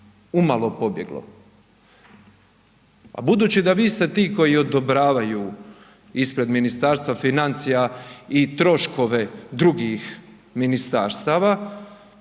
umalo pobjeglo. Budući da vi ste ti koji odobravaju ispred Ministarstva financija i troškove drugih ministarstava,